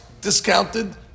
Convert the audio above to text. discounted